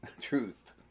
truth